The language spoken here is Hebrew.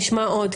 נשמע עוד,